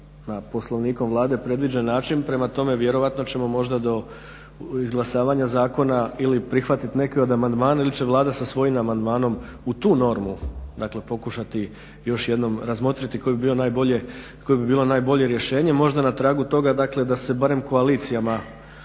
na Poslovnikom Vlade predviđen način, prema tome vjerojatno ćemo možda do izglasavanja zakona ili prihvatit neke od amandmana ili će Vlada sa svojim amandmanom u tu normu dakle pokušati još jednom razmotriti koje bi bilo najbolje rješenje. Možda na tragu toga da se barem koalicijama